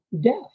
death